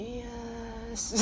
yes